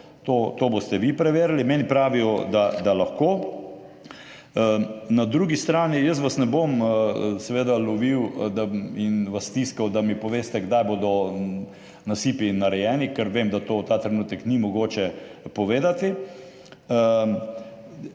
To boste vi preverili. Meni pravijo, da lahko. Na drugi strani, jaz vas seveda ne bom lovil in vas stiskal, da mi poveste, kdaj bodo nasipi narejeni, ker vem, da to ta trenutek ni mogoče povedati,